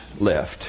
left